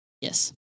Yes